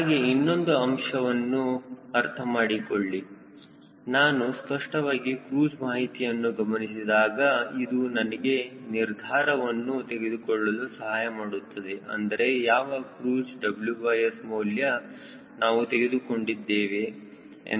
ಹಾಗೆ ಇನ್ನೊಂದು ಅಂಶವನ್ನು ಅರ್ಥಮಾಡಿಕೊಳ್ಳಿ ನಾನು ಸ್ಪಷ್ಟವಾಗಿ ಕ್ರೂಜ್ ಮಾಹಿತಿಯನ್ನು ಗಮನಿಸಿದಾಗ ಅದು ನನಗೆ ನಿರ್ಧಾರವನ್ನು ತೆಗೆದುಕೊಳ್ಳಲು ಸಹಾಯಮಾಡುತ್ತದೆ ಅಂದರೆ ಯಾವ ಕ್ರೂಜ್ WS ಮೌಲ್ಯ ನಾವು ತೆಗೆದುಕೊಂಡಿದ್ದೇವೆ ಎಂದು